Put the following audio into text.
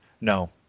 no